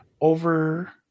over –